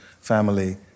family